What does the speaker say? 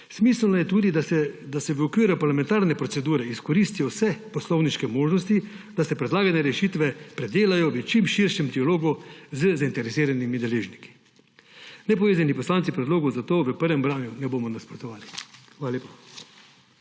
Smiselno je tudi, da se v okviru parlamentarne procedure izkoristijo vse poslovniške možnosti, da se predlagane rešitve predelajo v čim širšem dialogu z zainteresiranimi deležniki. Nepovezani poslanci zato predlogu v prvem branju ne bomo nasprotovali. Hvala lepa.